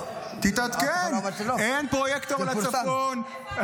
אין פרויקטור לצפון.